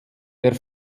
der